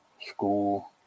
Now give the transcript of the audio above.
school